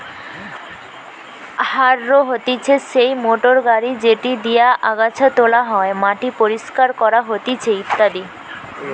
harrow হতিছে সেই motor গাড়ি যেটি দিয়া আগাছা তোলা হয়, মাটি পরিষ্কার করা হতিছে ইত্যাদি